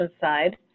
side